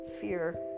fear